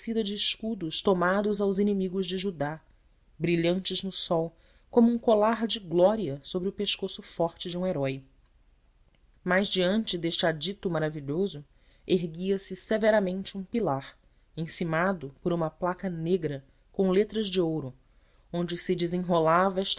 guarnecida de escudos tomados aos inimigos de judá brilhantes no sol como um colar de glória sobre o pescoço forte de um herói mas diante deste ádito maravilhoso erguia-se severamente um pilar encimado por uma placa negra com letras de ouro onde se desenrolava